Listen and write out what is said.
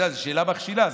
זו שאלה מכשילה.